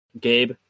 Gabe